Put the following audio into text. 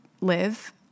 live